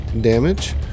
damage